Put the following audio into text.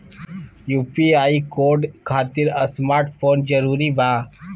UPI code खातिर smart mobile जरूरी बा?